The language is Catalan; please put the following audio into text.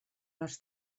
les